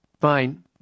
fine